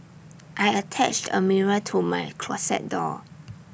I attached A mirror to my closet door